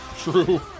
True